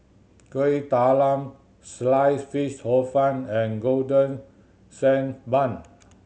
Kuih Talam slice fish Hor Fun and Golden Sand Bun